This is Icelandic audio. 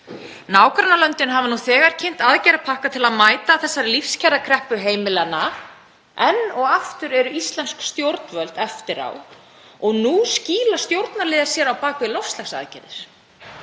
Nágrannalöndin hafa nú þegar kynnt aðgerðapakka til að mæta þessari lífskjarakreppu heimilanna. Enn og aftur eru íslensk stjórnvöld eftir á og nú skýla stjórnarliðar sér á bak við loftslagsaðgerðir.